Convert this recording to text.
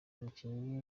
umukinnyi